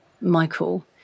Michael